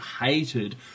hated